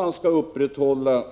Att upprätthålla